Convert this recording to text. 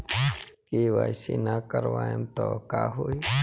KYC ना करवाएम तब का होई?